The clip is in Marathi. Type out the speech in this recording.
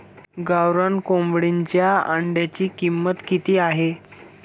गावरान कोंबडीच्या अंड्याची किंमत किती आहे?